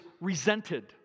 resented